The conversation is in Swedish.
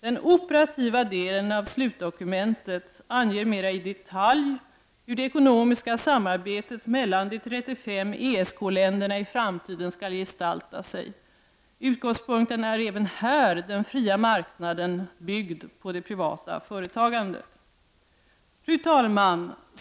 Den operativa delen av slutdokumentet anger mera i detalj hur det ekonomiska samarbetet mellan de 35 ESK-länderna i framtiden skall gestalta sig. Utgångspunkten är även här den fria marknaden byggd på det privata företagandet. Fru talman!